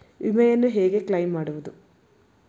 ವಿಮೆಯನ್ನು ಹೇಗೆ ಕ್ಲೈಮ್ ಮಾಡುವುದು?